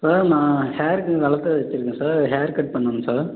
sir நான் hair கொஞ்சம் வளர்த்து வெச்சிருக்கேன் சார் அதை ஹேர்கட் பண்ணணும் சார்